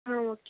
ஆ okay